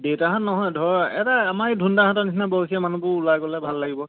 দেউতাহঁত নহয় ধৰ এটা আমাৰ এই ধুনদাহঁতৰ নিচিনা বয়সীয়া মানুহবোৰ ওলাই গ'লে ভাল লাগিব